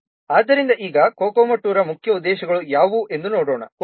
ಆದ್ದರಿಂದ ಈಗ COCOMO II ರ ಮುಖ್ಯ ಉದ್ದೇಶಗಳು ಯಾವುವು ಎಂದು ನೋಡೋಣ